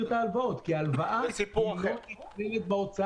את ההלוואות כי הלוואה לא נכללת בהוצאה הקבועה.